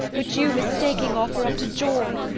which you, mistaking, offer up to joy.